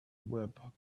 whip